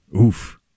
Oof